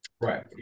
Right